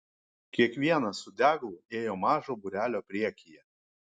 kiekvienas su deglu ėjo mažo būrelio priekyje